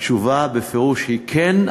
התשובה בפירוש היא: כן,